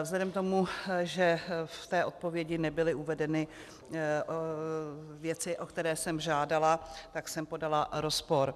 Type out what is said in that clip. Vzhledem k tomu, že v té odpovědi nebyly uvedeny věci, o které jsem žádala, tak jsem podala rozpor.